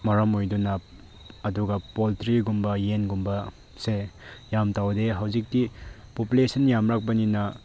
ꯃꯔꯝ ꯑꯣꯏꯗꯨꯅ ꯑꯗꯨꯒ ꯄꯣꯜꯇ꯭ꯔꯤꯒꯨꯝꯕ ꯌꯦꯟꯒꯨꯝꯕꯁꯦ ꯌꯥꯝ ꯇꯧꯗꯦ ꯍꯧꯖꯤꯛꯇꯤ ꯄꯣꯄꯨꯂꯦꯁꯟ ꯌꯥꯝꯂꯛꯄꯅꯤꯅ